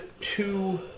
two